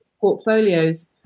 portfolios